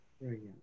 Brilliant